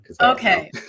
Okay